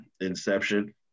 Inception